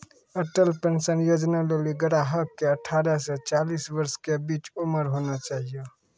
Atal pension Yojana लेली ग्राहक के अठारह से चालीस वर्ष के बीचो उमर होना चाहियो